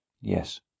Yes